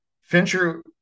Fincher